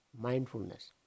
mindfulness